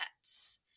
pets